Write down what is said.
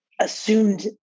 assumed